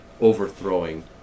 overthrowing